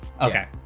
Okay